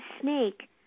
snake